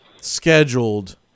scheduled